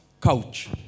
Couch